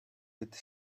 with